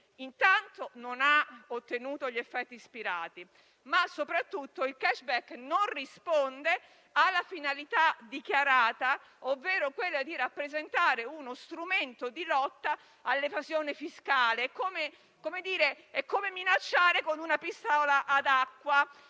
misura non ha ottenuto gli effetti sperati, ma soprattutto il *cashback* non risponde alla finalità dichiarata, ovvero quella di rappresentare uno strumento di lotta all'evasione fiscale: è come minacciare con una pistola ad acqua.